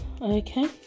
okay